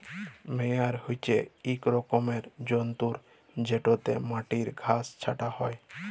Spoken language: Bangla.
মেয়ার হছে ইক রকমের যল্তর যেটতে মাটির ঘাঁস ছাঁটা হ্যয়